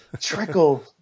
trickle